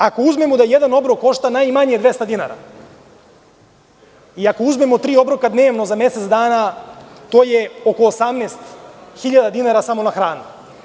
Ako uzmemo da jedan obrok košta najmanje 200 dinara i ako uzmemo tri obroka dnevno, za mesec dana to je oko 18.000 dinara samo na hranu.